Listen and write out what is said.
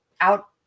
out